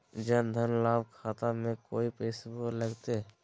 जन धन लाभ खाता में कोइ पैसों लगते?